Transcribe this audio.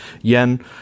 yen